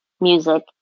music